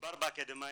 מדובר בקרוב